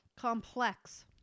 complex